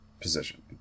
position